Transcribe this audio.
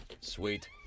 Sweet